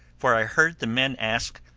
for i heard the men ask,